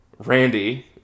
Randy